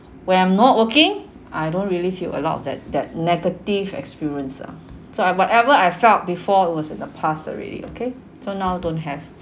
when I'm not working I don't really feel a lot of that that negative experience ah so I whatever I felt before it was in the past already okay so now don't have